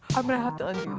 i'm gonna have to